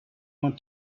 want